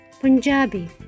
Punjabi